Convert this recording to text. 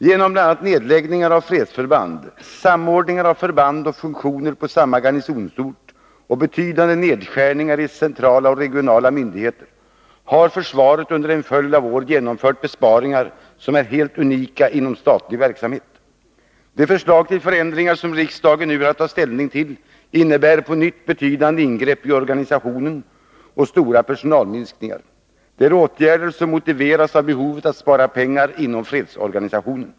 Genom bl.a. nedläggningar av fredsförband, samordningar av förband och funktioner på samma garnisonsort och betydande nedskärningar i centrala och regionala myndigheter har försvaret under en följd av år genomfört besparingar som är helt unika inom statlig verksamhet. De förslag till förändringar som riksdagen nu har att ta ställning till innebär på nytt betydande ingrepp i organisationen och stora personalminskningar. Det är åtgärder som motiveras av behovet att spara pengar inom fredsorganisationen.